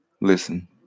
listen